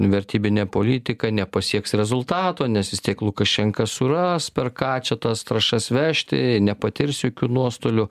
vertybinė politika nepasieks rezultato nes vis tiek lukašenka suras per ką čia tas trąšas vežti nepatirs jokių nuostolių